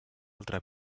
altra